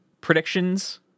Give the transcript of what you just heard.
predictions